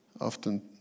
often